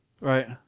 Right